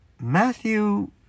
Matthew